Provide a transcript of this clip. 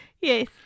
Yes